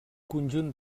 conjunt